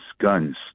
guns